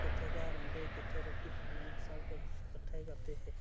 किट्ठे घर औंदे किट्ठे रुट्टी खानी सब किश कट्ठा ही करदे हे